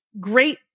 great